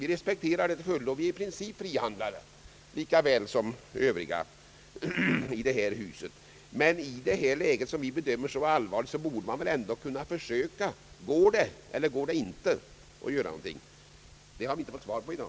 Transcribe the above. Vi är i princip frihandlare lika väl som Övriga i detta hus. I detta läge, som vi bedömer som allvarligt, borde man väl ändå kunna försöka. Går det eller går det inte att göra någonting? Det har vi inte fått svar på i dag.